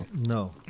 No